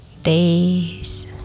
Days